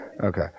okay